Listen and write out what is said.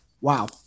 Wow